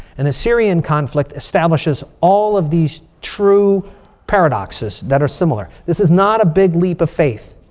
and the syrian conflict establishes all of these true paradoxes that are similar. this is not a big leap of faith.